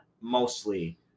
mostly